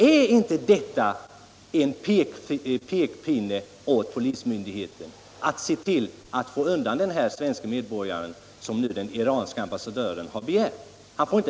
Är inte detta en pekpinne åt polismyndigheten att se till att få undan den svenske medborgaren i fråga, så som den iranske ambassadören begärt.